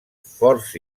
forts